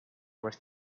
with